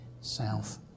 south